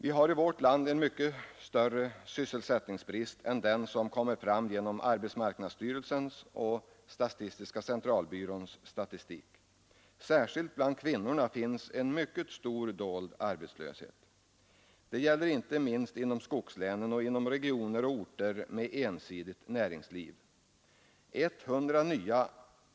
Vi har i vårt land en mycket större sysselsättningsbrist än den som kommer fram genom arbetsmarknadsstyrelsens och statistiska centralbyråns statistik. Särskilt bland kvinnorna finns en mycket stor dold arbetslöshet. Det gäller inte minst inom skogslänen och inom regioner och orter med ensidigt näringsliv.